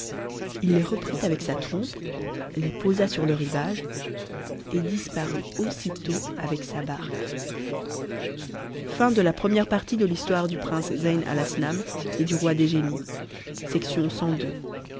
il les reprit avec sa trompe les nos sur le rivage et disparut aussitôt avec sa barque a nous pouvons présentement parler dit mobarec l'îte où nous sommes est celle du roi des génies